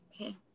okay